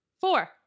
Four